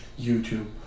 YouTube